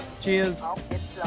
cheers